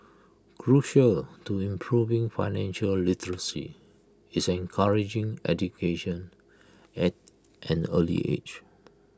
crucial to improving financial literacy is encouraging education at an early age